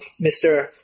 Mr